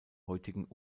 heutigen